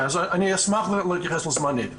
אני אשמח להתייחס לזמניות.